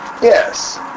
Yes